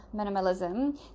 minimalism